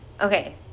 Okay